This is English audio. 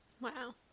wow